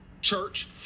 Church